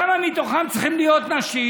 כמה מתוכם צריכים להיות נשים?